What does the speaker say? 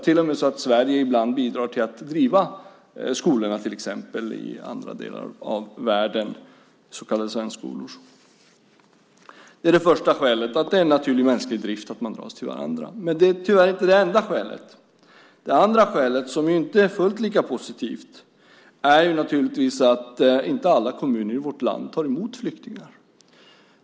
Till och med bidrar Sverige ibland till att driva skolor i andra delar av världen, så kallade svenskskolor. Det är det första skälet. Det är en naturlig mänsklig drift, man dras till varandra. Men det är tyvärr inte det enda skälet. Det andra skälet, som inte är fullt lika positivt, är naturligtvis att inte alla kommuner i vårt land tar emot flyktingar.